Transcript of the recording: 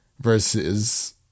versus